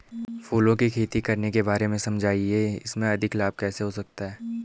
फूलों की खेती करने के बारे में समझाइये इसमें अधिक लाभ कैसे हो सकता है?